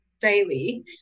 daily